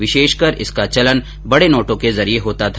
विशेषकर इसका चलन बड़े नोटों के जरिए ज्यादा होता था